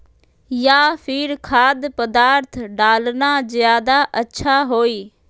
या फिर खाद्य पदार्थ डालना ज्यादा अच्छा होई?